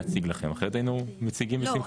להציג לכם, אחרת היינו מציגים בשמחה.